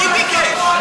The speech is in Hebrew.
מי ביקש?